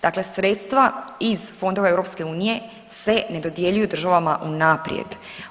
Dakle, sredstva iz fondova EU se ne dodjeljuju državama unaprijed.